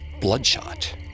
Bloodshot